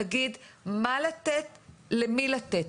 להגיד מה לתת ולמי לתת.